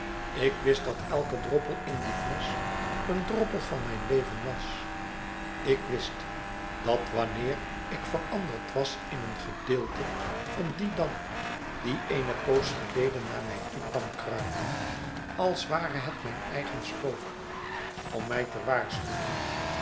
ik wist dat elke droppel in die flesch een droppel van mijn leven was ik wist dat wanneer ik veranderd was in een gedeelte van dien damp die eene poos geleden naar mij toe kwam kruipen als ware het mijn eigen spook om mij te waarschuwen